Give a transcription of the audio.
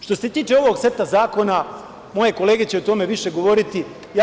Što se tiče ovog seta zakona, moje kolege će o tome više govoriti.